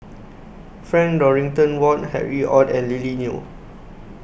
Frank Dorrington Ward Harry ORD and Lily Neo